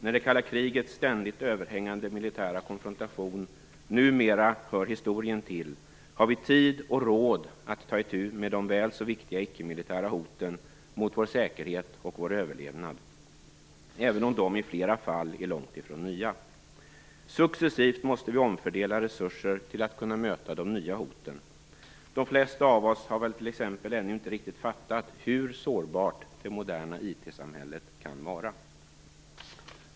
När det kalla krigets ständigt överhängande militära konfrontation numera hör historien till, har vi tid och råd att ta itu med de väl så viktiga ickemilitära hoten mot vår säkerhet och vår överlevnad, även om de i flera fall är långt ifrån nya. Successivt måste vi omfördela resurser till att kunna möta de nya hoten. De flesta av oss har väl t.ex. ännu inte riktigt fattat hur sårbart det moderna IT-samhället kan vara.